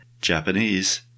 Japanese